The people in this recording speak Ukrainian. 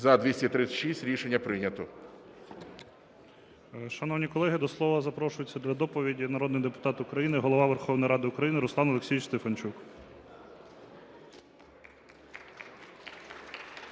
За-263 Рішення прийнято.